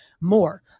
more